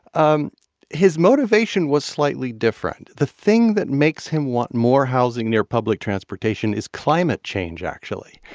um his motivation was slightly different. the thing that makes him want more housing near public transportation is climate change, actually,